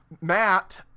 matt